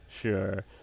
Sure